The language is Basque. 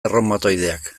erreumatoideak